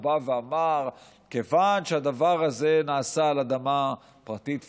הוא בא ואמר: כיוון שהדבר הזה נעשה על אדמה פרטית פלסטינית,